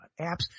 Apps